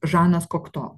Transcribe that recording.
žanas kokto